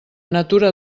natura